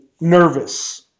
nervous